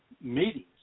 meetings